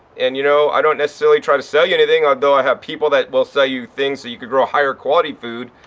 and, you know, i don't necessarily try to sell you anything, although i have people that will sell you things so you could grow a higher quality food.